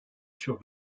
sur